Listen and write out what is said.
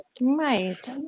Right